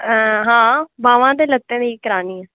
हां बाह्मां ते लत्तें दी करानी ऐ